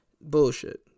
bullshit